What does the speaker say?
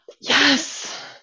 Yes